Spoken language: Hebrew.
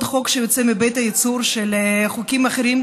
חוק שיוצא מבית הייצור של חוקים אחרים,